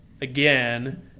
again